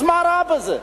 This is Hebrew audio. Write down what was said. מה רע בזה?